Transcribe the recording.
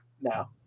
no